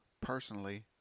Personally